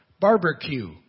Barbecue